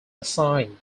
assigned